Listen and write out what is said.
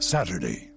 Saturday